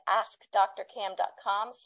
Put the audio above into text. askdrcam.com